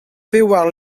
pevar